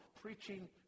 preaching